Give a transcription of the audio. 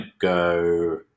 go